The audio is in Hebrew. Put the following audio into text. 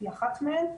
ההכשרה היא אחת מהם,